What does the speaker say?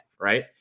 right